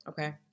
Okay